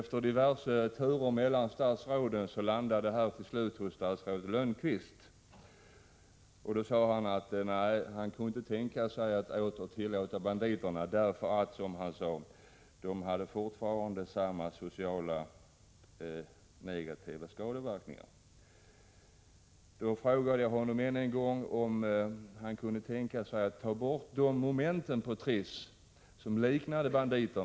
Efter diverse turer mellan statsråden landade frågan till slut hos statsrådet Lönnqvist, som sade att han inte kunde tänka sig att åter tillåta de enarmade banditerna, eftersom de fortfarande hade samma sociala skadeverkningar, som han sade. Då frågade jag än en gång om han kunde tänka sig att ta bort det moment i Trisslotteriet som liknade spel på enarmade banditer.